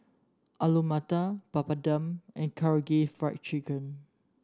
Alu Matar Papadum and Karaage Fried Chicken